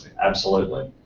absolutely.